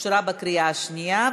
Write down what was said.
אושרה בקריאה שנייה.